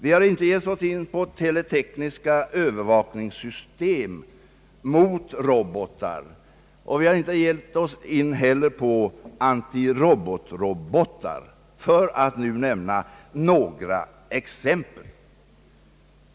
Vi har inte gett oss in på teletekniska övervakningssystem mot robotar liksom inte heller på antirobotrobotar, för att nu nämna några exempel.